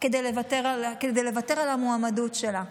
כדי לוותר על המועמדות שלה.